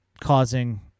causing